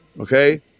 Okay